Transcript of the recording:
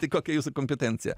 tai kokia jūsų kompetencija